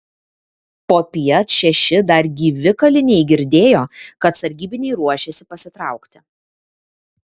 popiet šeši dar gyvi kaliniai girdėjo kad sargybiniai ruošiasi pasitraukti